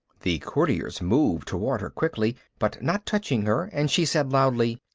the courtiers moved toward her quickly, but not touching her, and she said loudly,